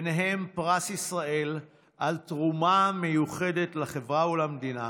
ובהם פרס ישראל על תרומה מיוחדת לחברה ולמדינה